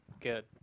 Good